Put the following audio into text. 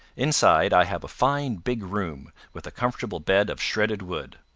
inside i have a fine big room with a comfortable bed of shredded wood.